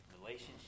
relationship